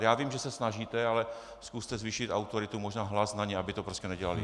Já vím, že se snažíte, ale zkuste zvýšit autoritu, možná i hlas, na ně, aby to prostě nedělali.